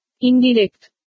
Indirect